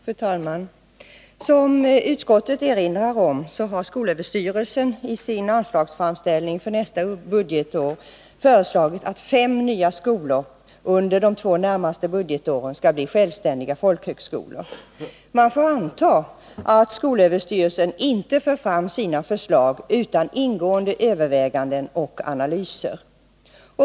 Fru talman! Som utskottet erinrar om har skolöverstyrelsen i sin anslagsframställning för nästa budgetår föreslagit att fem nya skolor under de två närmaste budgetåren skall bli självständiga folkhögskolor. Man får anta att skolöverstyrelsen inte för fram sina förslag utan ingående överväganden och analyser.